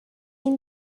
این